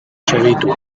segitu